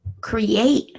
create